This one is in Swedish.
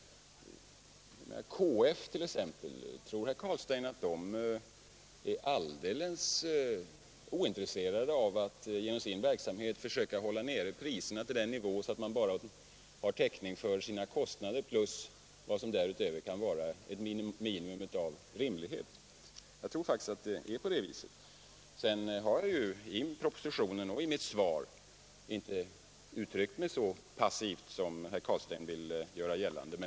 Tror herr Carlstein att t.ex. KF är alldeles ointresserat av att genom sin verksamhet försöka hålla priserna nere på en nivå där man bara får täckning för sina kostnader plus vad som därutöver kan vara ett minimum av rimlighet? Jag tror faktiskt att KF är intresserat av det. I propositionen och i mitt svar har jag inte uttryckt mig så passivt som herr Carlstein vill göra gällande.